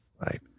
Right